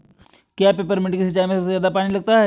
क्या पेपरमिंट की सिंचाई में सबसे ज्यादा पानी लगता है?